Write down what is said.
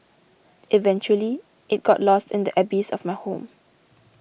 eventually it got lost in the abyss of my home